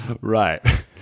Right